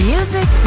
Music